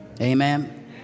amen